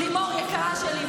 לימור יקרה שלי,